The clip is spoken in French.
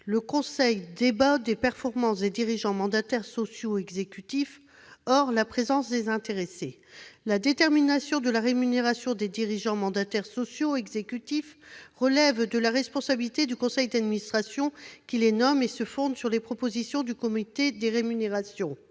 le conseil débat des performances des dirigeants mandataires sociaux exécutifs, hors la présence des intéressés. « La détermination de la rémunération des dirigeants mandataires sociaux exécutifs relève de la responsabilité du conseil d'administration qui les nomme et se fonde sur les propositions du comité des rémunérations.